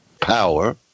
power